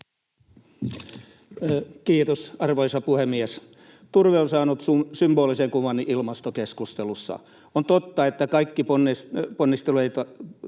Kiitos, arvoisa puhemies! Turve on saanut symbolisen kuvan ilmastokeskustelussa. On totta, että kaikkia ponnisteluita